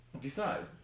Decide